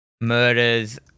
murders